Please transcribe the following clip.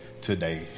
today